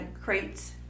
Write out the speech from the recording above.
crates